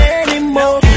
anymore